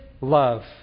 love